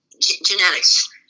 genetics